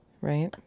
Right